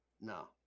No